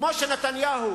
כמו שנתניהו